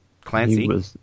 Clancy